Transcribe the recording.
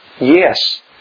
Yes